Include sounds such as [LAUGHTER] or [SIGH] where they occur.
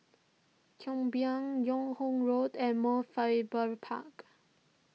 [UNINTELLIGIBLE] Yung Ho Road and Mount Faber Park